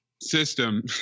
system